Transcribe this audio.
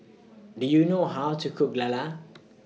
Do YOU know How to Cook Lala